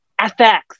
fx